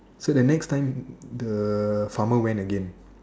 so the next time the farmer went again